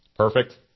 Perfect